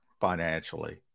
financially